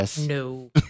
No